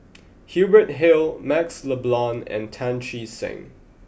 Hubert Hill Maxle Blond and Tan Che Sang